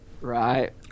Right